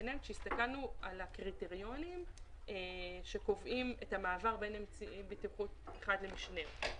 הסתכלנו על הקריטריונים שקובעים את המעבר בין אמצעי בטיחות אחד למשנהו.